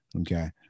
Okay